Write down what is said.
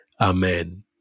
Amen